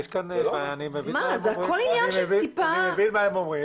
אני מבין מה הם אומרים.